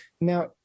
Now